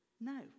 No